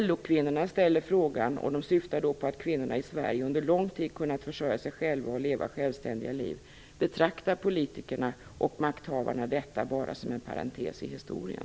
LO-kvinnorna ställer frågan och de syftar då på att kvinnorna i Sverige under lång tid har kunnat försörja sig själva och leva självständiga liv. Betraktar politikerna och makthavarna detta bara som en parentes i historien?